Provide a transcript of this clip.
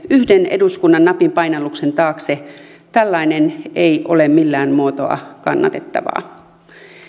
yhden eduskunnan napinpainalluksen taakse tällainen ei ole millään muotoa kannatettavaa